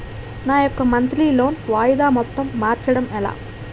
నా యెక్క monthly loan వాయిదా మొత్తం మార్చడం ఎలా?